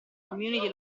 community